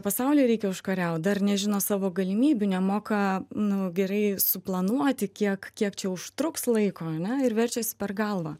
pasaulį reikia užkariaut dar nežino savo galimybių nemoka nu gerai suplanuoti kiek kiek čia užtruks laiko ane ir verčiasi per galvą